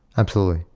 absolutely.